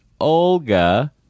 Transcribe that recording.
Olga